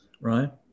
right